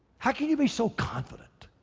how can you be so confident?